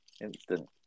Instant